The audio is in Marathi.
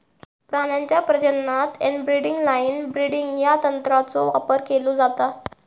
प्राण्यांच्या प्रजननात इनब्रीडिंग लाइन ब्रीडिंग या तंत्राचो वापर केलो जाता